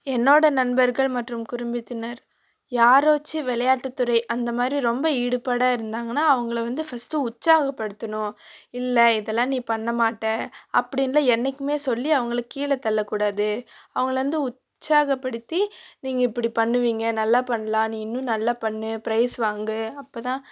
என்னோடய நண்பர்கள் மற்றும் குடும்பத்தினர் யாரோச்சு விளையாட்டுத்துறை அந்த மாதிரி ரொம்ப ஈடுபாடாக இருந்தாங்கனா அவங்கள வந்து ஃபஸ்ட்டு உற்சாகப்படுத்தணும் இல்லை இதெல்லாம் நீ பண்ண மாட்ட அப்படின்லாம் என்றைக்குமே சொல்லி அவங்கள கீழே தள்ளக்கூடாது அவங்கள வந்து உற்சாகப்படுத்தி நீங்கள் இப்படி பண்ணுவீங்க நல்லா பண்ணலாம் நீ இன்னும் நல்லா பண்ணு பிரைஸ் வாங்கு அப்போ தான்